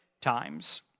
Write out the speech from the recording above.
times